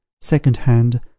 second-hand